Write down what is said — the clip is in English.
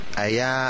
aya